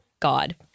god